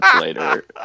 later